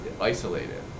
isolated